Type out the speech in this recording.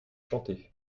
chanté